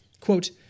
Quote